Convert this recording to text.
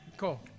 Cool